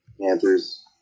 Panthers